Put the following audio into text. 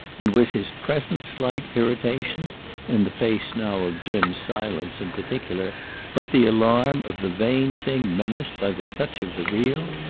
and was his present slight irritation in the face now of jim's silence in particular but the alarm of the vain thing menaced by the touch of the real?